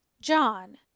John